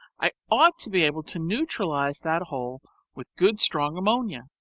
i ought to be able to neutralize that hole with good strong ammonia,